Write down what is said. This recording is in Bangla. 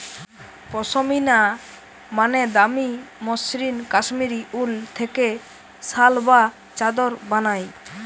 পশমিনা মানে দামি মসৃণ কাশ্মীরি উল থেকে শাল বা চাদর বানায়